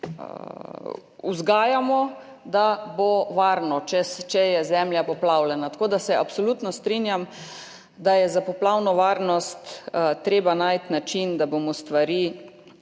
vzgajamo, da bo varno, če je zemlja poplavljena. Tako, da se absolutno strinjam, da je za poplavno varnost treba najti način, da bomo stvari